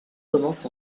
commence